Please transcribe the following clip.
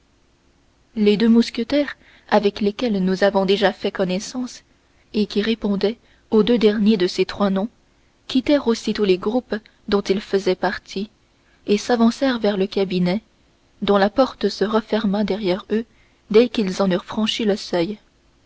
les deux mousquetaires avec lesquels nous avons déjà fait connaissance et qui répondaient aux deux derniers de ces trois noms quittèrent aussitôt les groupes dont ils faisaient partie et s'avancèrent vers le cabinet dont la porte se referma derrière eux dès qu'ils en eurent franchi le seuil